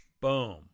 Boom